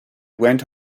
went